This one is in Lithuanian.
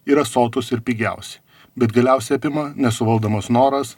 yra sotūs ir pigiausi bet galiausiai apima nesuvaldomas noras